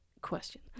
question